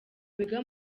wiga